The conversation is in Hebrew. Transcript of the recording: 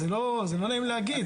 זה לא נעים להגיד,